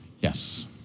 Yes